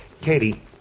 Katie